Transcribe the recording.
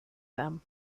them